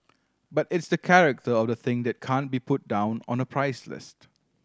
but it's the character of the thing that can't be put down on a price list